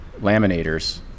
laminators